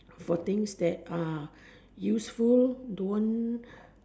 for things that uh useful don't